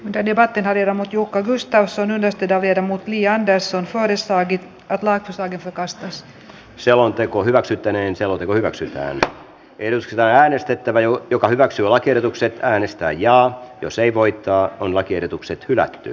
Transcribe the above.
dedicated hirmut jukka gustafsson menestytä vermuttia andersson vahvistaa edit laatu suhde tarkastus selonteko hyväksyttäneen selonteko hyväksytään ensin äänestettävä eu joka hyväksyy lakiehdotukset äänistä ja jos ei voitto on lakiehdotukset hyväksyttiin